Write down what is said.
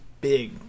big